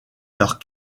leurs